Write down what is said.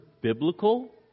biblical